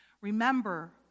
Remember